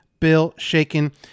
BillShaken